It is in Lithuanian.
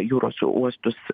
jūros uostus